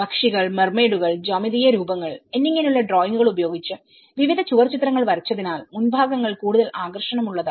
പക്ഷികൾമർമെയിഡുകൾജ്യാമിതീയ രൂപങ്ങൾ എന്നിങ്ങനെയുള്ള ഡ്രോയിംഗുകൾ ഉപയോഗിച്ച് വിവിധ ചുവർച്ചിത്രങ്ങൾ വരച്ചതിനാൽ മുൻഭാഗങ്ങൾ കൂടുതൽ ആകർഷണമുള്ളതായി